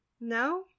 No